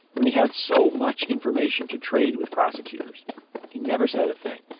when he had so much information to trade with prosecutors he never said a thing